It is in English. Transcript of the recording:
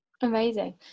Amazing